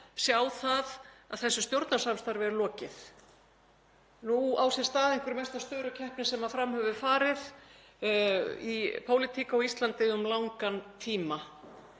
sjá það að þessu stjórnarsamstarfi er lokið. Nú á sér stað einhver mesta störukeppni sem fram hefur farið í pólitík á Íslandi um langan tíma.